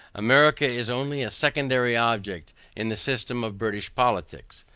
america is only a secondary object in the system of british politics,